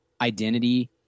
identity